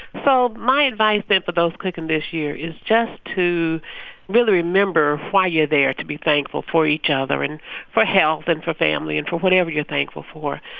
so my advice is for those cooking this year is just to really remember why you're there, to be thankful for each other and for health and for family and for whatever you're thankful for.